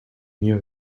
knew